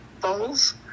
bowls